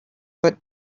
but